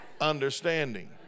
understanding